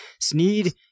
Sneed